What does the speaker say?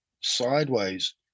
sideways